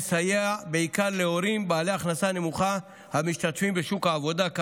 לסייע בעיקר להורים בעלי הכנסה נמוכה המשתתפים בשוק העבודה.